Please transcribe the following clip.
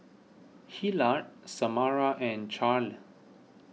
Hillard Samara and Charle